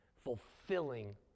fulfilling